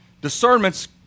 Discernment's